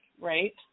right